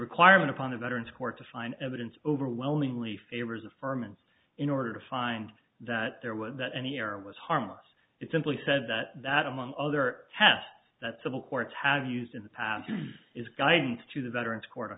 requirement upon a veterans court to find evidence overwhelmingly favors affirm and in order to find that there would that any error was harmless it simply said that that among other tests that civil courts have used in the past is guidance to the veterans co